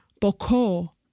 Boko